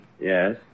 Yes